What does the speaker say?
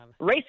racist